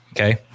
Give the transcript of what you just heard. Okay